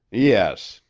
yes.